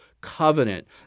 covenant